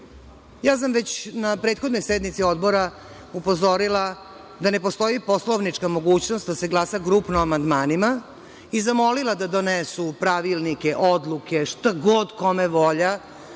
grupno. Već na prethodnoj sednici Odbora sam upozorila da ne postoji poslovnička mogućnost da se glasa grupno o amandmanima i zamolila da donesu pravilnike, odluke, šta god kome volja,